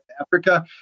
Africa